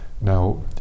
Now